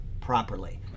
properly